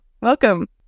Welcome